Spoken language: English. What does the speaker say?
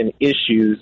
issues